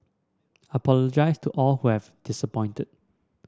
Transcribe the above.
apologise to all who have disappointed